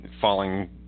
falling